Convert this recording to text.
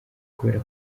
kubera